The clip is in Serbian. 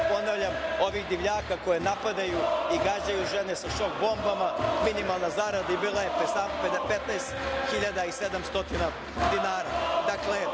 ponavljam, ovih divljaka koji napadaju i gađaju žene sa šok bombama, minimalna zarada bila je 15.700 dinara. Dakle,